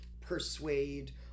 persuade